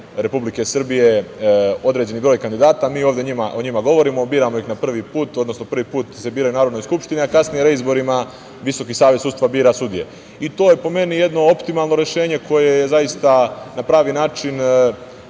Republike Srbije određeni broj kandidata. Mi ovde o njima govorim, biramo ih prvi put se biraju u Narodnoj skupštini, a kasnije se biraju reizborima, Visoki savet sudstva bira sudije. To je po meni jedno optimalno rešenje koje zaista na pravi način